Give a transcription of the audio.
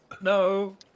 no